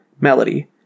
melody